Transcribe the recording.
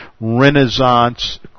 Renaissance